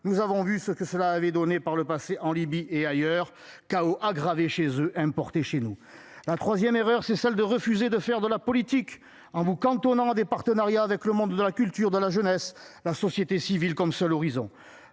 Nous avons vu ce que cela avait donné par le passé en Libye et ailleurs chaos aggravé chez eux importé chez nous la 3ème erreur c'est celle de refuser de faire de la politique, en vous cantonnant à des partenariats avec le monde de la culture de la jeunesse. La société civile comme seul horizon